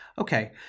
Okay